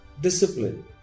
discipline